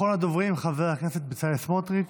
אחרון הדוברים, חבר הכנסת בצלאל סמוטריץ',